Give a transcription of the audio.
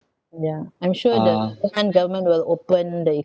yeah I'm sure the the current government will open the e~